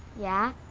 yeah.